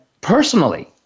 personally